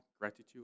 gratitude